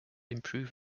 improve